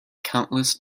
countless